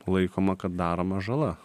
laikoma kad daroma žala